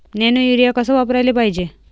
Nano urea कस वापराले पायजे?